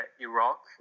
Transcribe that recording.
Iraq